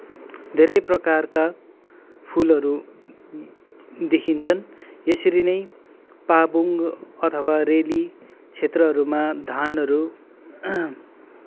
धेरै प्रकारका फुलहरू देखिन्छन् यसरी नै पाबुङ अथवा रेली क्षेत्रहरूमा धानहरू